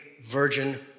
virgin